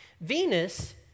Venus